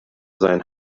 sein